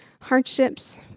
hardships